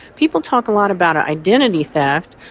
people talk a lot about ah identity theft,